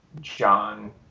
John